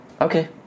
Okay